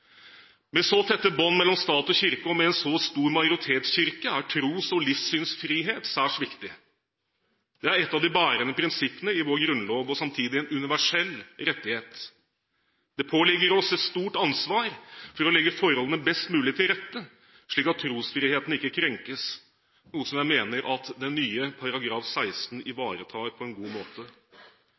Med så tette bånd mellom stat og kirke og med en så stor majoritetskirke er tros- og livssynsfrihet særs viktig. Det er ett av de bærende prinsippene i vår grunnlov og samtidig en universell rettighet. Det påligger oss et stort ansvar for å legge forholdene best mulig til rette, slik at trosfriheten ikke krenkes, noe som jeg mener at den nye § 16 ivaretar på en god måte.